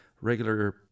regular